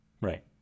Right